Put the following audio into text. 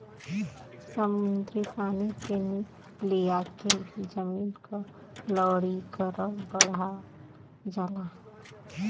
समुद्री पानी के लियाके भी जमीन क लवणीकरण बढ़ावल जाला